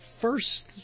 first